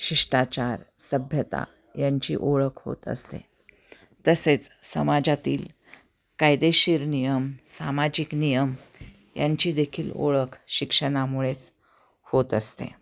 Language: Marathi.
शिष्टाचार सभ्यता यांची ओळख होत असते तसेच समाजातील कायदेशीर नियम सामाजिक नियम यांचीदखील ओळख शिक्षणामुळेच होत असते